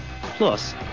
Plus